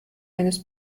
eines